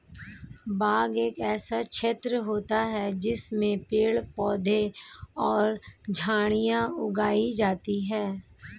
बाग एक ऐसा क्षेत्र होता है जिसमें पेड़ पौधे और झाड़ियां उगाई जाती हैं